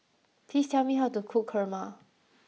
please tell me how to cook kurma